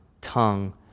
tongue